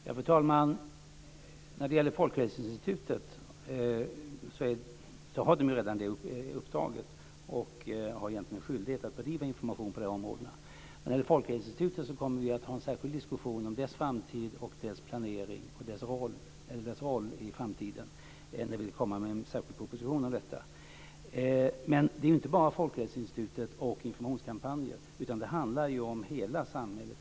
Fru talman! Folkhälsoinstitutet har redan det uppdraget och har egentligen skyldighet att bedriva information på dessa områden. Vi kommer att ha en särskild diskussion om Folkhälsoinstitutets planering och dess roll i framtiden och vill komma med en särskild proposition om detta. Men det handlar inte bara om Folkhälsoinstitutet och informationskampanjer. Det handlar om hela samhället.